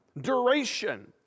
duration